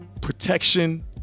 protection